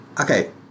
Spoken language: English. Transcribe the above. okay